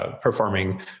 performing